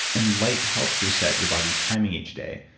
and light helps reset your body's timing each day,